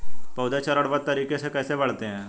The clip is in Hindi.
पौधे चरणबद्ध तरीके से कैसे बढ़ते हैं?